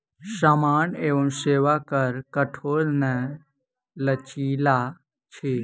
सामान एवं सेवा कर कठोर नै लचीला अछि